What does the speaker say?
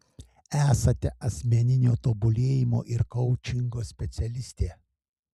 esate asmeninio tobulėjimo ir koučingo specialistė